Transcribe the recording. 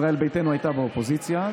ישראל ביתנו הייתה אז באופוזיציה,